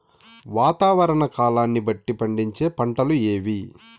వాతావరణ కాలాన్ని బట్టి పండించే పంటలు ఏవి?